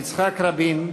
יצחק רבין,